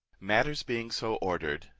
matters being so ordered,